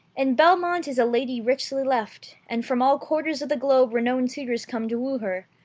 in belmont is a lady richly left, and from all quarters of the globe renowned suitors come to woo her,